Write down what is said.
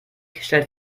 stellt